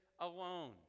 alone